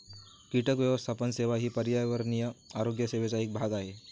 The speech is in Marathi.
कीटक व्यवस्थापन सेवा ही पर्यावरणीय आरोग्य सेवेचा एक भाग आहे